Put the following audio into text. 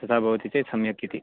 तथा भवति चेत् सम्यक् इति